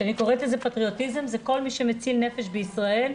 כשאני קוראת לזה פטריוטיזם זה כל מי שמציל נפש בישראל,